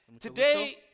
Today